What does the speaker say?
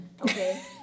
Okay